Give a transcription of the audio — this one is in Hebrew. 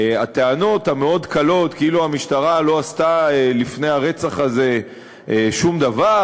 הטענות המאוד-קלות כאילו המשטרה לא עשתה לפני הרצח הזה שום דבר,